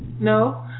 No